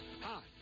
Hi